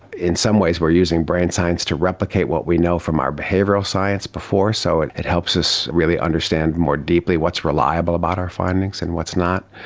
in some ways we are using brain science to replicate what we know from our behavioural science before, so it it helps us understand more deeply what's reliable about our findings and what's not.